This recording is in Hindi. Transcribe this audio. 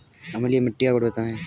अम्लीय मिट्टी का गुण बताइये